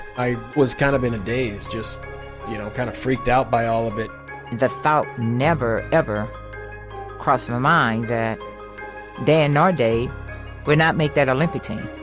i was kind of in a daze, just you know kind of freaked out by all of it the thought never ever crossed my mind that dan nor dave would not make that olympic team.